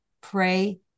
pray